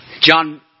John